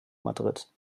madrid